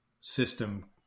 system